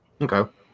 Okay